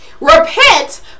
Repent